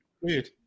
Weird